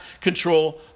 control